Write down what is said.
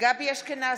גבי אשכנזי,